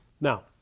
Now